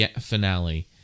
finale